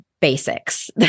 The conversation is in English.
basics